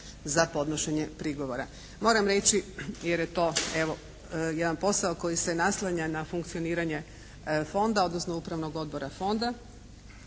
za podnošenje prigovora. Moram reći jer je ovo to jedan posao koji se naslanja na funkcioniranje Fonda, odnosno Upravnog odbora Fonda.